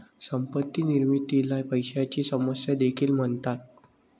संपत्ती निर्मितीला पैशाची समस्या देखील म्हणतात